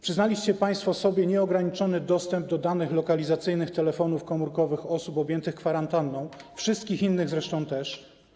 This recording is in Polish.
Przyznaliście państwo sobie nieograniczony dostęp do danych lokalizacyjnych telefonów komórkowych osób objętych kwarantanną, wszystkich innych zresztą też.